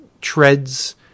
treads